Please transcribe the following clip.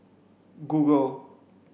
google